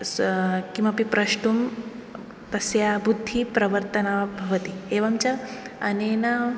किमपि प्रष्टुं तस्याः बुद्धिप्रवर्तना भवति एवञ्च अनेन